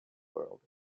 world